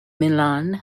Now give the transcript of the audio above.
milan